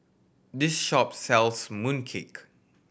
this shop sells mooncake